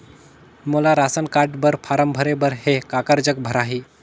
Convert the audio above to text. मोला ration card बर form भरे बर हे काकर जग भराही?